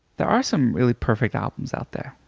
there are some really perfect albums out there.